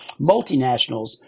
multinationals